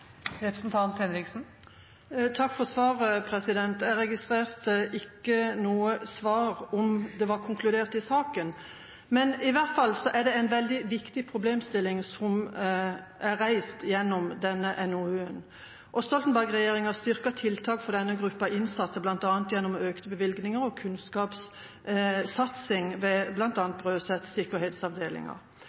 for svaret. Jeg registrerte ikke noe svar på om det var konkludert i saka. Men det er i hvert fall en veldig viktig problemstilling som er reist gjennom denne NOU-en. Stoltenberg-regjeringa styrket tiltak for denne gruppa innsatte gjennom økte bevilgninger og kunnskapssatsing ved bl.a. Brøset